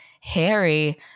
Harry